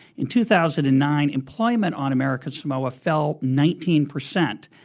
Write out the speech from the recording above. in two thousand and nine, employment on american samoa fell nineteen percent.